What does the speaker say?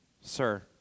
Sir